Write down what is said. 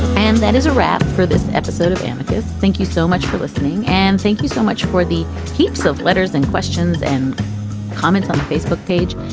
and that is a wrap for this episode of anarchist's. thank you so much for listening and thank you so much for the heaps of letters and questions and comments on the facebook page.